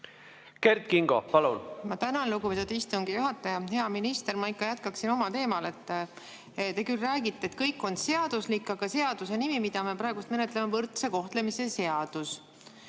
mulle välja, palun! Ma tänan, lugupeetud istungi juhataja! Hea minister! Ma ikka jätkaksin oma teemal. Te küll räägite, et kõik on seaduslik, aga seaduse nimi, mida me praegu menetleme, on võrdse kohtlemise seadus.